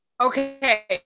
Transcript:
Okay